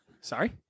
Sorry